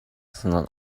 sondern